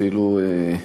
אפילו,